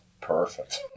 Perfect